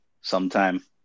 sometime